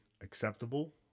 acceptable